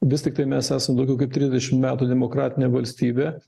vis tiktai mes esam daugiau kaip trisdešim metų demokratinė valstybė